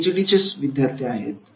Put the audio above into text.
एक P H D चे विद्यार्थी आहे